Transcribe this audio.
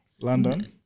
London